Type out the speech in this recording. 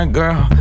girl